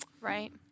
Right